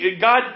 God